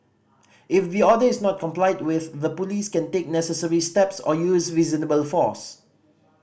if the order is not complied with the Police can take necessary steps or use reasonable force